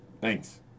Thanks